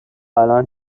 الان